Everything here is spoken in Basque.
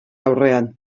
aurrean